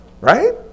right